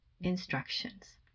instructions